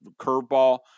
curveball